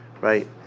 right